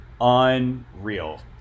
unreal